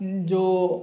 जो